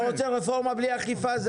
אתה רוצה רפורמה בלי אכיפה?